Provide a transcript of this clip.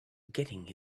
getting